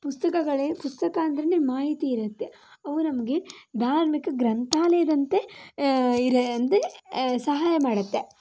ಪುಸ್ತಕಗಳೇ ಪುಸ್ತಕ ಅಂದ್ರೆನೆ ಮಾಹಿತಿ ಇರುತ್ತೆ ಅವು ನಮಗೆ ಧಾರ್ಮಿಕ ಗ್ರಂಥಾಲಯದಂತೆ ಇರ್ ಸಹಾಯ ಮಾಡುತ್ತೆ